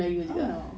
ah